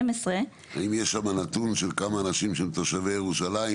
-- האם יש שם נתון של כמה אנשים של תושבי ירושלים